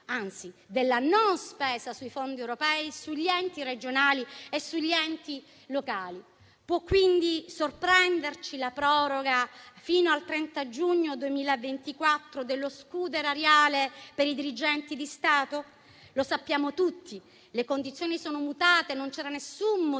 anzi della non spesa dei fondi europei sugli enti regionali e sugli enti locali. Può quindi sorprenderci la proroga fino al 30 giugno 2024 dello scudo erariale per i dirigenti di Stato? Lo sappiamo tutti: le condizioni sono mutate e non c'era alcun motivo